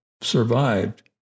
survived